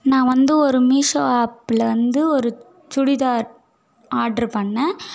நான் வந்து ஒரு மீஸோ ஆப்பில் வந்து ஒரு சுடிதார் ஆர்ட்ரு பண்னேன்